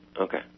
Okay